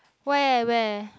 where where